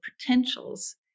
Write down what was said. potentials